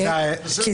קודם כול, אני